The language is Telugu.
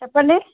చెప్పండి